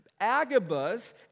Agabus